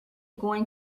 going